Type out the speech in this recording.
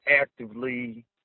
actively